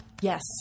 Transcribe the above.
yes